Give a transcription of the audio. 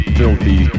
filthy